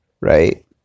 right